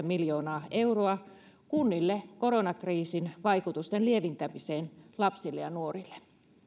miljoonaa euroa kunnille koronakriisin vaikutusten lieventämiseen lapsille ja nuorille